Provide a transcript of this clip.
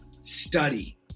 study